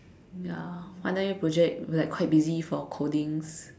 ya final year project like quite busy for codings